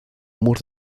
mur